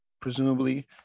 presumably